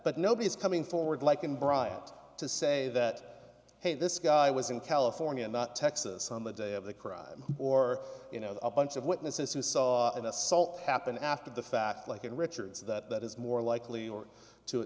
but nobody's coming forward like in bryant to say that hey this guy was in california and texas on the day of the crime or you know a bunch of witnesses who saw an assault happen after the fact like in richard's that is more likely or to